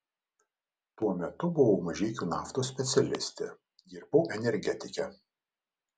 tuo metu buvau mažeikių naftos specialistė dirbau energetike